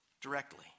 directly